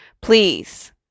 please